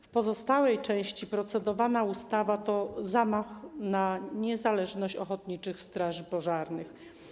W pozostałej części procedowana ustawa to zamach na niezależność ochotniczych straży pożarnych.